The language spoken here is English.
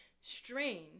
strain